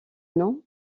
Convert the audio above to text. nom